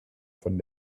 von